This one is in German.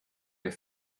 der